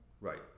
Right